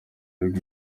rwa